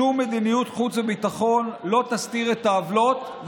שום מדיניות חוץ וביטחון לא תסתיר את העוולות,